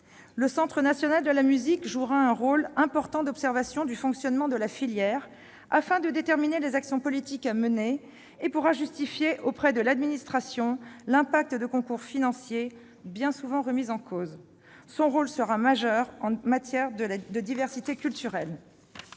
Le Centre national de la musique jouera un rôle important d'observation du fonctionnement de la filière, afin de déterminer les actions politiques à mener. Il pourra justifier auprès de l'administration l'impact de concours financiers bien souvent remis en cause. Son rôle sera majeur en matière de diversité culturelle.